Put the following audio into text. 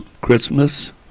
Christmas